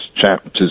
chapters